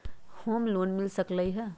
Home loan मिल सकलइ ह?